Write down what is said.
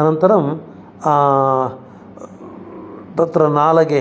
अनन्तरं तत्र नालगे